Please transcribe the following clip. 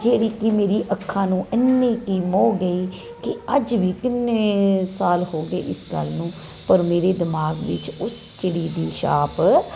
ਜਿਹੜੀ ਕੀ ਮੇਰੇ ਅੱਖਾਂ ਨੂੰ ਏਨੀ ਕੀ ਮੋਹ ਗਈ ਕੀ ਅੱਜ ਵੀ ਕਿੰਨੇ ਸਾਲ ਹੋ ਗਏ ਇਸ ਗੱਲ ਨੂੰ ਪਰ ਮੇਰੇ ਦਿਮਾਗ ਵਿੱਚ ਉਸ ਚਿੜੀ ਦੀ ਛਾਪ